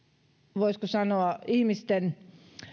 voisiko sanoa ihmisten